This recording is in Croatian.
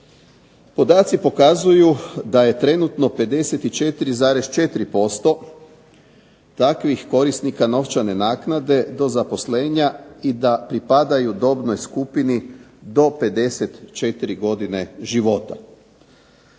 Podaci pokazuju da je trenutno 54,4% takvih korisnika novčane naknade do zaposlenja i da pripadaju dobnoj skupini do 54 godine života.